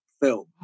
film